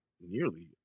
nearly